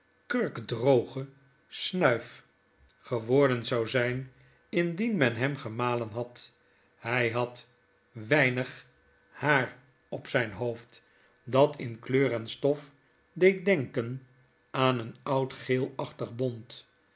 kurkdroge snuif geworden zou zyn indien men hem gemalenhad hfl had weinig haar op zyn hoofd dat in kleur en stof deed denken aan een oud geelachtig bont